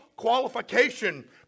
Qualification